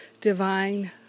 divine